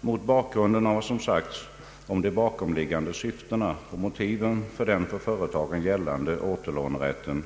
Mot bakgrunden av vad som sagts om de bakomliggande syftena och motiven för den för företagen gällande återlånerätten